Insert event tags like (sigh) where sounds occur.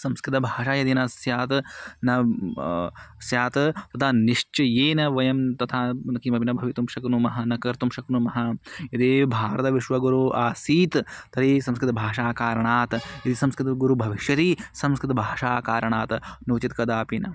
संस्कृतभाषा यदि न स्यात् न स्यात् तदा निश्चयेन वयं तथा (unintelligible) किमपि न भवितुं शक्नुमः न कर्तुं शक्नुमः यदि भारतविश्वगुरुः आसीत् तर्हि संस्कृतभाषायाः कारणात् यदि संस्कृतगुरुः भविष्यति संस्कृतभाषायाः कारणात् नो चेत् कदापि न